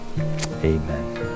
Amen